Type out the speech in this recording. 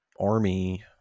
army